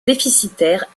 déficitaire